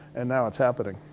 and now it's happening.